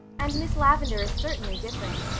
and miss lavendar is certainly different,